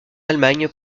allemagne